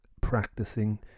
practicing